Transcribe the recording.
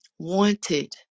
wanted